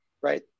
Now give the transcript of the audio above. right